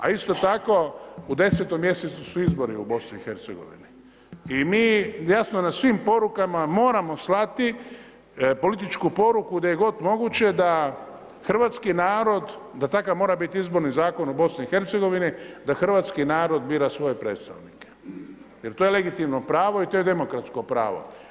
A isto tako, u 10. mjesecu su izbori u BIH i mi jasno na svim porukama moramo slati političku poruku gdje je god moguće da hrvatski narod, da takav mora biti Izborni zakon u BIH, da hrvatski narod bira svoje predstavnike jer to je legitimno pravo i to je demokratsko pravo.